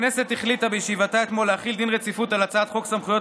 הכנסת החליטה בישיבתה אתמול להחיל דין רציפות על הצעת חוק סמכויות